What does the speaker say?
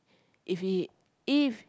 if he if